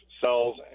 cells